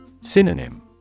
Synonym